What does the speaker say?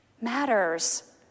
matters